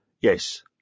Yes